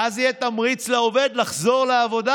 ואז יהיה תמריץ לעובד לחזור לעבודה,